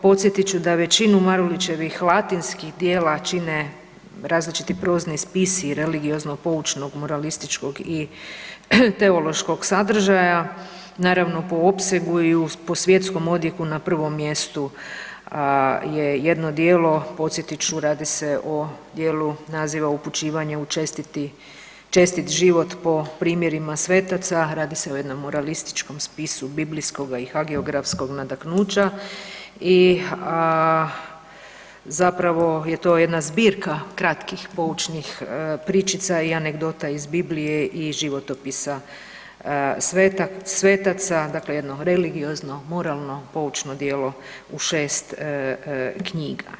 Podsjetit ću da većinu Marulićevih latinskih djela čine različiti prozni spisi i religiozno poučnog, moralističkog i teološkog sadržaja, naravno po opsegu i svjetskom odjeku na prvom mjestu je jedno djelo, podsjetit ću radi se o djelu naziva „Upućivanje u čestit život po primjerima svetaca“, radi se o jednom moralističkom spisu biblijskoga i hageografskog nadahnuća i zapravo je to jedna zbirka kratkih poučnih pričica i anegdota iz Biblije i životopisa svetaca, dakle jedno religiozno, moralno, poučno djelo u šest knjiga.